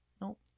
Nope